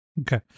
Okay